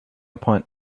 upon